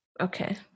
okay